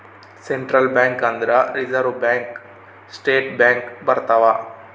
central bank ಅಂದ್ರ Reserve Bank State Bank ಬರ್ತವ